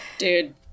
dude